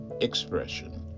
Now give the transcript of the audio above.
expression